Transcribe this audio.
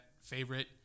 favorite